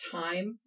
time